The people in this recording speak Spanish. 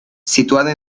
situada